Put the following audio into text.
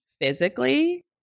physically